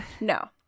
No